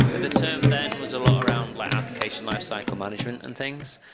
the term then was a lot around like application lifecycle management and things.